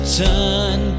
turn